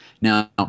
Now